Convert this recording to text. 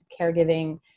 caregiving